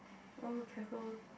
oh careful